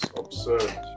absurd